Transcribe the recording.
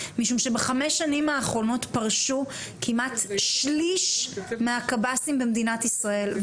משום שבחמש שנים האחרונות פרשו כמעט שליש מהקב"סים במדינת ישראל.